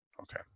okay